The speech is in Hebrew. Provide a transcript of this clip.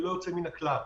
ללא יוצא מן הכלל.